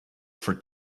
for